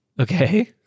Okay